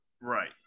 Right